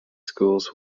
schools